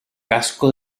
casco